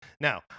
Now